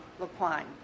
Laquan